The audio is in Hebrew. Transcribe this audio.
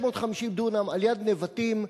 654 דונם על יד נבטים,